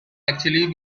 actually